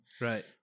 Right